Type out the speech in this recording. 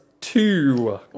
two